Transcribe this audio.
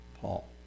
Paul